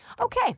Okay